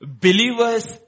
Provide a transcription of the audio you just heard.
Believers